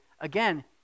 again